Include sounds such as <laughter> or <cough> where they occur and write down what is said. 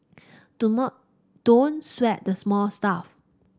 <unintelligible> don't sweat the small stuff